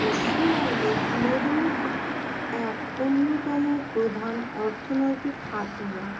পশ্চিমবঙ্গে বিনোদন এক অন্যতম প্রধান অর্থনৈতিক হাতিয়ার